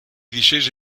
discesa